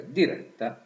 diretta